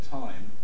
time